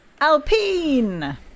Alpine